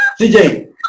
CJ